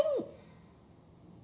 ~ink